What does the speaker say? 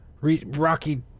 rocky